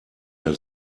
mehr